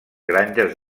granges